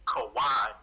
Kawhi